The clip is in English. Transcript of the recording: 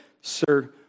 sir